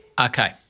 Okay